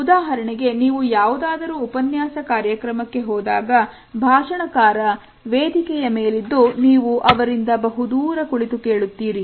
ಉದಾಹರಣೆಗೆ ನೀವು ಯಾವುದಾದರೂ ಉಪನ್ಯಾಸ ಕಾರ್ಯಕ್ರಮಕ್ಕೆ ಹೋದಾಗ ಭಾಷಣಕಾರ ವೇದಿಕೆಯ ಮೇಲಿದ್ದು ನೀವು ಅವರಿಂದ ಬಹುದೂರ ಕುಳಿತು ಕೇಳುತ್ತೀರಿ